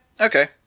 Okay